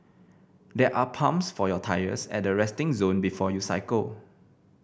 there are pumps for your tyres at the resting zone before you cycle